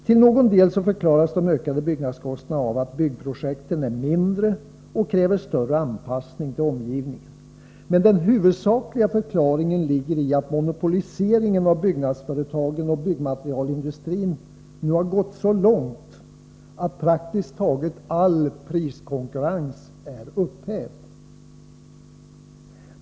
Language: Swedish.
Till någon del förklaras de ökade byggkostnaderna av att byggprojekten är mindre och kräver större anpassning till omgivningen. Men den huvudsakliga förklaringen ligger i att monopoliseringen av byggnadsföretagen och byggmaterialindustrin nu har gått så långt att praktiskt taget all priskonkurrens är upphävd.